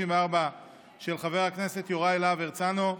של חבר הכנסת יוראי להב הרצנו,